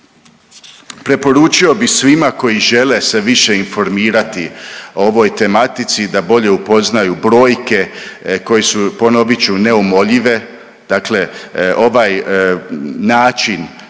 Preporučio bi svima koji žele se više informirati o ovoj tematici da bolje upoznaju brojke koje su ponovit ću neumoljive. Dakle, ovaj način